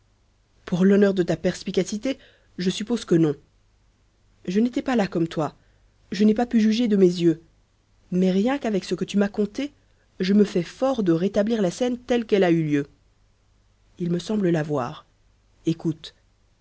pour l'honneur de ta perspicacité je suppose que non je n'étais pas là comme toi je n'ai pas pu juger de mes yeux mais rien qu'avec ce que tu m'as conté je me fais fort de rétablir la scène telle qu'elle a eu lieu il me semble la voir écoute